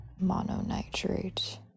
Mononitrate